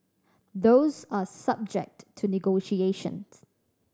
those are subject to negotiation